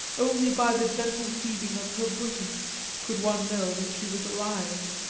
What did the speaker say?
only by the gentle heaving of her bosom could one know that she was alive.